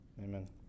Amen